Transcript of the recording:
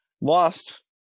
Lost